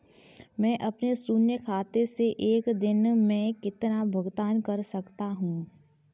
मैं अपने शून्य खाते से एक दिन में कितना भुगतान कर सकता हूँ?